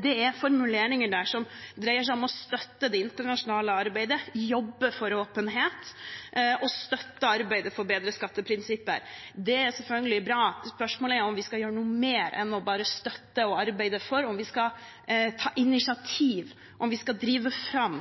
det er formuleringer der som dreier seg om å støtte det internasjonale arbeidet, jobbe for åpenhet og støtte arbeidet for bedre skatteprinsipper. Det er selvfølgelig bra. Spørsmålet er om vi skal gjøre noe mer enn bare å støtte og arbeide for, om vi skal ta initiativ, om vi skal drive det fram,